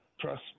trust